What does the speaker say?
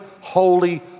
holy